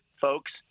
folks